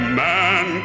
man